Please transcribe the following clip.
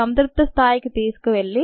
సంతృప్త స్థాయికి తీసుకెళ్లి